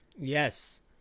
Yes